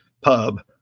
pub